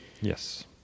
Yes